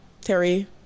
Terry